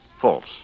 false